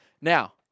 Now